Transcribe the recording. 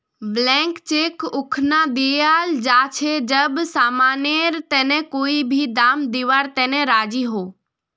blank cheque उखना दियाल जा छे जब समानेर तने कोई भी दाम दीवार तने राज़ी हो